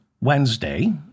Wednesday